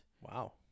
Wow